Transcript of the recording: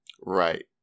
right